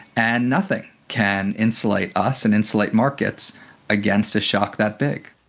and nothing can insulate us and insulate markets against a shock that big.